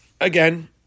again